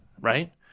right